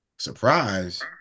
surprise